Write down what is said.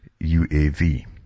UAV